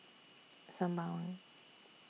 Sembawang